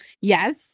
Yes